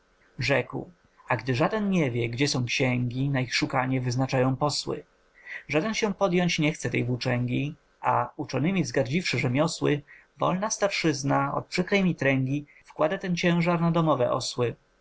a gdy żaden nie wie gdzie są xięgi na ich szukanie wyznaczają posły żaden się podjąć nie chce tey włóczęgi a uczonemi wzgardziwszy rzemiosły wolna starszyzna od przykrej mitręgi wkłada ten ciężar na domowe osły